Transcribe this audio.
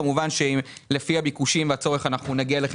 כמובן שלפי הביקושים והצורך נגיע אליכם